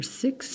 six